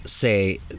say